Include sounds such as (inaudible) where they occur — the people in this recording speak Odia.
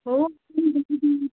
ହଉ (unintelligible)